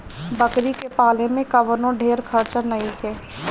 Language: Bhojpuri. बकरी के पाले में कवनो ढेर खर्चा नईखे